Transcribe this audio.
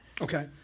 Okay